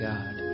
God